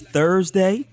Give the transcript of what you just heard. Thursday